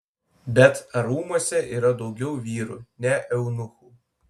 bet ar rūmuose yra daugiau vyrų ne eunuchų